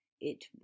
It